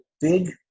big